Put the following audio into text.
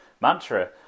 mantra